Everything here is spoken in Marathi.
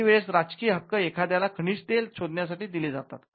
काही वेळेस राजकीय हक्क एखाद्याला खनिजे शोधण्यासाठी दिले जातात